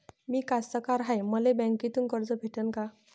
मी कास्तकार हाय, मले बँकेतून कर्ज भेटन का?